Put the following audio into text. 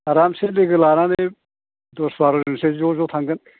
आरामसे लोगो लानानै दस बार'जनसो ज' ज' थांगोन